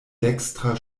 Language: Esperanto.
dekstra